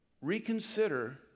Reconsider